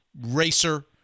Racer